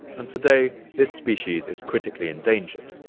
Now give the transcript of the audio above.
and today this species is critically endangered.